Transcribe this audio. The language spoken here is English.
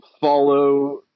follow